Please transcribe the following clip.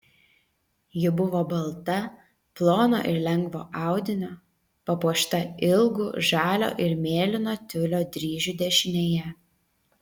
ji buvo balta plono ir lengvo audinio papuošta ilgu žalio ir mėlyno tiulio dryžiu dešinėje